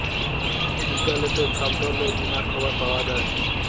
ইলটারলেটে ছব ধরলের বীমার খবর পাউয়া যায়